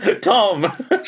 tom